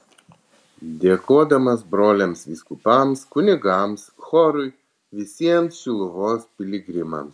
dėkodamas broliams vyskupams kunigams chorui visiems šiluvos piligrimams